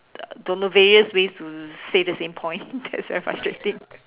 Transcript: uh don't know various ways to say the same point gets very frustrating